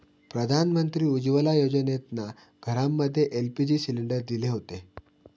प्रधानमंत्री उज्ज्वला योजनेतना घरांमध्ये एल.पी.जी सिलेंडर दिले हुते